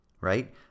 right